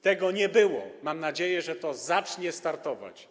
Tego nie było, mam nadzieję, że to zacznie startować.